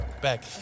back